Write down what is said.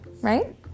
right